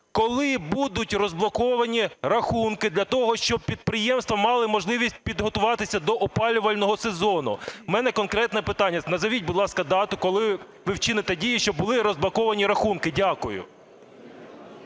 Коли будуть розблоковані рахунки для того, щоб підприємства мали можливість підготуватися до опалювального сезону? В мене конкретне питання. Назвіть будь ласка, дату, коли ви вчините дію, щоб були розблоковані рахунки? Дякую.